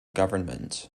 government